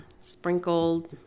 sprinkled